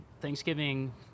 Thanksgiving